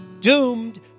doomed